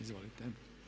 Izvolite.